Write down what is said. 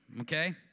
okay